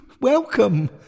Welcome